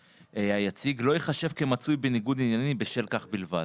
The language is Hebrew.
היציג לא ייחשב כמצוי בניגוד עניינים בשל כך בלבד.